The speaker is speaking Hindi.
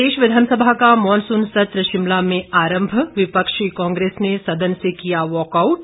प्रदेश विधानसभा का मॉनसून सत्र शिमला में आरंभ विपक्षी कांग्रेस ने सदन से किया वॉकआउट